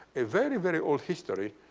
a very, very old history.